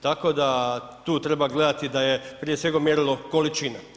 Tako da, tu treba gledati da je prije svega mjerilo količina.